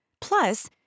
Plus